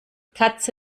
katze